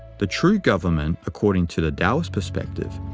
the true government, according to the taoist perspective,